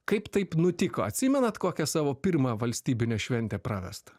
kaip taip nutiko atsimenat kokią savo pirmą valstybinę šventę prarastą